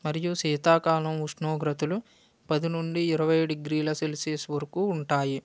మరియు శీతాకాలం ఉష్ణోగ్రతలు పది నుండి ఇరవై డిగ్రీల సెల్సియస్ వరకు ఉంటాయి